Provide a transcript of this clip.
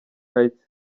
heights